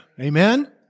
Amen